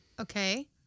okay